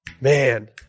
Man